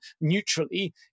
neutrally